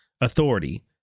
authority